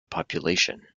population